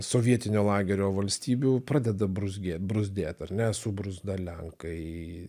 sovietinio lagerio valstybių pradeda bruzgėt bruzdėt ar ne subruzda lenkai